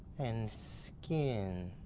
and skin.